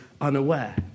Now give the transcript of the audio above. unaware